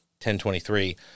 1023